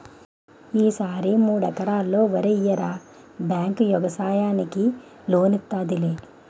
ఈ సారి మూడెకరల్లో వరెయ్యరా బేంకు యెగసాయానికి లోనిత్తాదిలే